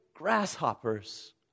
grasshoppers